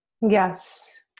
yes